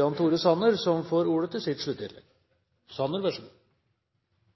Jan Tore Sanner, får ordet til sitt sluttinnlegg.